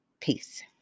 Peace